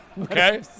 Okay